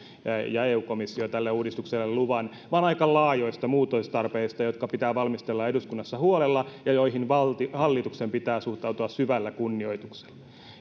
ja eu komissio tälle uudistukselle luvan vaan aika laajoista muutostarpeista jotka pitää valmistella eduskunnassa huolella ja joihin hallituksen pitää suhtautua syvällä kunnioituksella